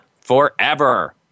forever